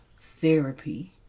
therapy